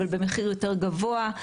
במחיר יותר גבוה.